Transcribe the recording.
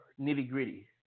nitty-gritty